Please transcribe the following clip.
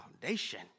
foundation